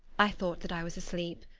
i thought that i was asleep,